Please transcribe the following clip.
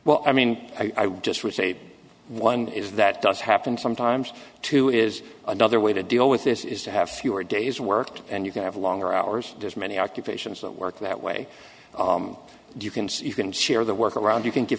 well i mean i just would say one is that does happen sometimes too is another way to deal with this is to have fewer days work and you can have longer hours there's many occupations that work that way you can see you can share the work around you can give